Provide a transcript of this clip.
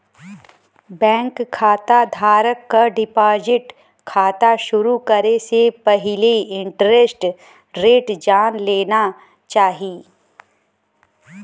bank खाता धारक क डिपाजिट खाता शुरू करे से पहिले इंटरेस्ट रेट जान लेना चाही